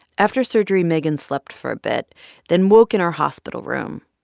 after surgery, megan slept for a bit then woke in her hospital room.